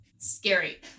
scary